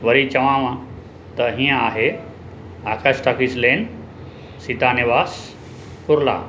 वरी चवांव त हीअं आहे आकाश टाकीज़ लेन सीता निवास कुर्ला